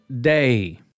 day